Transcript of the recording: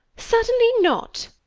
certainly not.